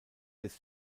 des